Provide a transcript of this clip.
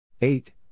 eight